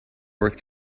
north